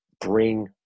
bring